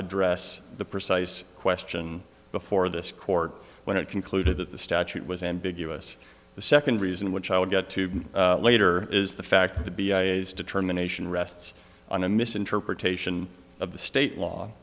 address the precise question before this court when it concluded that the statute was ambiguous the second reason which i would get to later is the fact that be determination rests on a misinterpretation of the state law